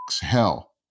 hell